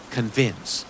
Convince